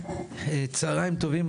צהריים טובים.